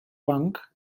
punk